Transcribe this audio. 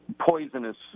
poisonous